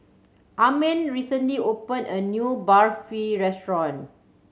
Amin recently opened a new Barfi restaurant